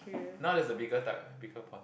now there's a bigger type right bigger pond